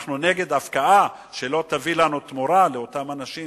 אנחנו נגד הפקעה שלא תביא לנו תמורה לאותם אנשים,